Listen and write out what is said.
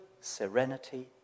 serenity